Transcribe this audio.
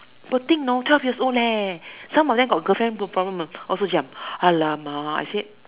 poor thing know twelve year old some of them got girlfriend problem also Cham alamak I said